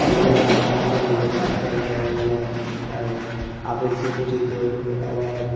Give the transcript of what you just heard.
নিজের বাচ্চা আছে নিজের বাচ্চার মানে আপেল সিদ্ধ টিদ্ধ আবার